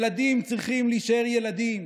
ילדים צריכים להישאר ילדים.